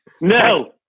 No